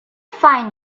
find